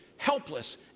Helpless